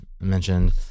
mentioned